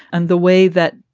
and the way that,